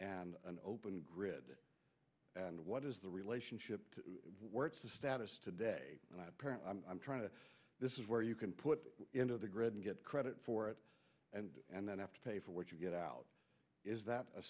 and an open grid and what is the relationship to work status today and parent i'm trying to this is where you can put into the grid and get credit for it and and then after pay for what you get out is that a